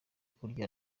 kurya